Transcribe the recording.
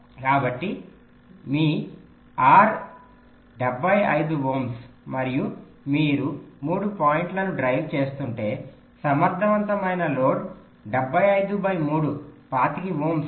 కాబట్టి మీ R 75 ohm మరియు మీరు 3 పాయింట్లను డ్రైవ్ చేస్తుంటే సమర్థవంతమైన లోడ్ 753 25 ఓం